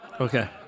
Okay